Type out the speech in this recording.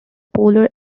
polar